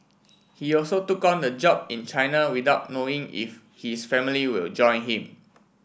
he also took on the job in China without knowing if his family will join him